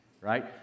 Right